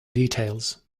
details